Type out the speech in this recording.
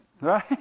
Right